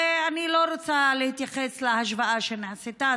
ואני לא רוצה להתייחס להשוואה שנעשתה,